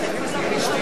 אני מסכים.